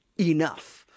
enough